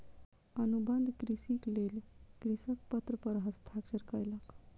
अनुबंध कृषिक लेल कृषक पत्र पर हस्ताक्षर कयलक